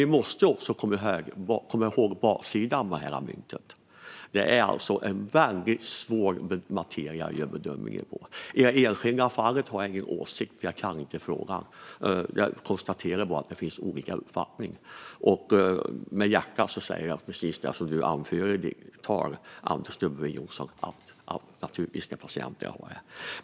Vi måste också komma ihåg baksidan av det här myntet. Det är väldigt svårbedömd materia. I det enskilda fallet har jag ingen åsikt, för jag kan inte frågan. Jag konstaterar bara att det finns olika uppfattningar. Med hjärtat säger jag precis det som du säger i ditt anförande, Anders W Jonsson, att patienterna naturligtvis ska ha det här. Fru talman!